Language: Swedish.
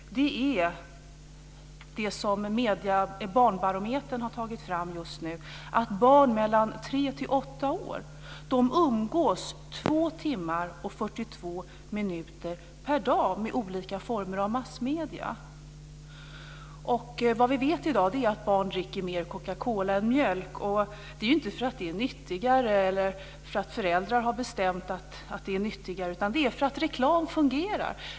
Det är det som Barnbarometern har tagit fram nu, dvs. att barn mellan 3 och 8 år umgås i 2 timmar och 42 minuter per dag med olika former av massmedier. Vad vi vet i dag är att barn dricker mer cocacola än mjölk. Det är inte för att det är nyttigare eller för att föräldrar har bestämt att det är nyttigare, utan det är för att reklam fungerar.